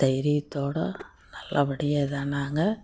தைரியத்தோட நல்லபடியாக இது ஆனாங்க